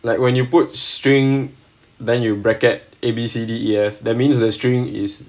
like when you put string then you bracket A B C D E F that means the string is